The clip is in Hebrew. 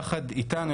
יחד איתנו,